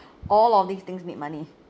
all of these things need money